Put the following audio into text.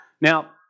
Now